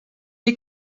est